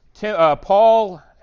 Paul